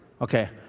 Okay